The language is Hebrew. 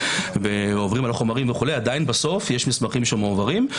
ועוברים על החומרים עדיין בסוף יש חומרים שמועברים.